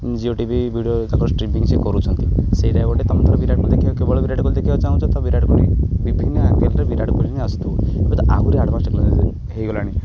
Jio T V video ତାଙ୍କ streaming ଯିଏ କରୁଛନ୍ତି ସେଇଟା ଗୋଟେ ତୁମେ ଯଦି ବିରାଟ କୋହଲି ଦେଖିବା କେବଳ ବିରାଟ କୋହଲି ଦେଖିବାକୁ ଚାହୁଁଛ ତ ବିରାଟ କୋହଲି ବିଭିନ୍ନ ଆଙ୍ଗେଲରେ ବିରାଟ କୋହଲି ଆସୁଥିବ ଏବେ ଆହୁରି ଆଡ଼ଭାନ୍ସ ଟେକ୍ନୋଲୋଜି ହେଇଗଲାଣି